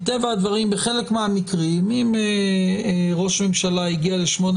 מטבע הדברים בחלק מהמקרים אם ראש ממשלה הגיע לשמונה